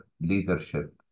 leadership